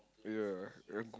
yeah and g~